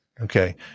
Okay